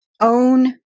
own